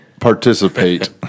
participate